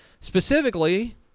Specifically